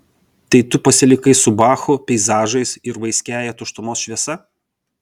tai tu pasilikai su bachu peizažais ir vaiskiąja tuštumos šviesa